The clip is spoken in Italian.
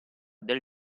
del